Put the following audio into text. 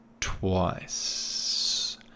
twice